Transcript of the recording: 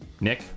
Nick